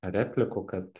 replikų kad